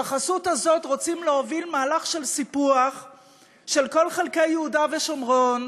בחסות הזאת רוצים להוביל מהלך של סיפוח של כל חלקי יהודה ושומרון,